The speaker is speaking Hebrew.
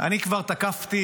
אני כבר תקפתי